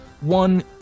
one